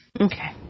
Okay